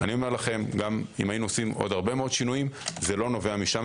גם אם היינו עושים עוד הרבה מאוד שינויים זה לא נובע משם.